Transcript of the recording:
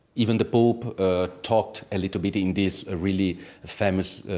even the pope ah talked a little bit, in this ah really famous